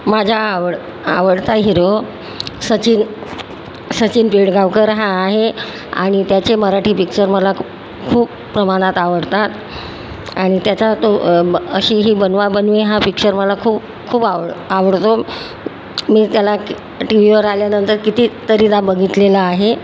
माझा आवड आवडता हिरो सचिन सचिन पिडगावकर हा आहे आणि त्याचे मराठी पिक्चर मला खूप प्रमाणात आवडतात आणि त्याचा तो ब अशी ही बनवाबनवी हा पिक्चर मला खूप खूप आवड आवडतो मी त्याला क टी व्हीवर आल्यानंतर कितीतरीदा बघितलेलं आहे